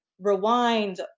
rewind